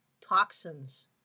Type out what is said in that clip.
toxins